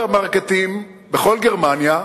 לסופרמרקטים בכל גרמניה,